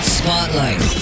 spotlight